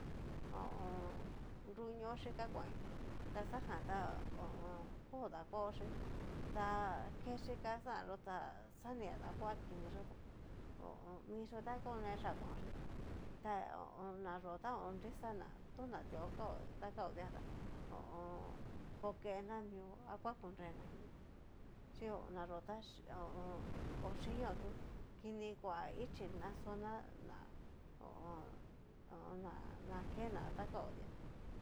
Ho o on. nruño xhika kuanña taxajan ta kó dakuaochí, ta ke xika xan yó tá xa ni dakua kiniyó ho o on. mixhi ta konexhia konchí ta ho o on. nayó ta orixa ná tona tuaó kao ta kaodia tá ho o on. kokena mio, a kuakunrena mio chí na yó ta oxhinio tú kini kua ichí na xoná ná ho o on. ho o on. na nake na kao di'a.